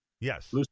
yes